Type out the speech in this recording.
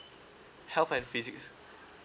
health and physics